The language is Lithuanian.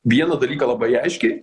vieną dalyką labai aiškiai